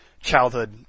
childhood